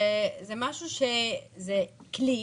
זה כלי